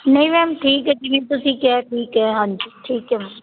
ਨਹੀਂ ਮੈਮ ਠੀਕ ਹੈ ਜਿਵੇਂ ਤੁਸੀਂ ਕਿਹਾ ਠੀਕ ਹੈ ਹਾਂਜੀ ਠੀਕ ਹੈ ਮੈਮ